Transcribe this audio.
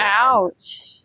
Ouch